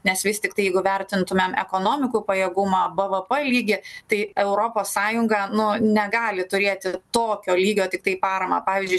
nes vis tiktai jeigu vertintumėm ekonomikų pajėgumą bvp lygį tai europos sąjungą nu negali turėti tokio lygio tiktai paramą pavyzdžiui